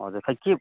हजुर खोइ के